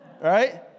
right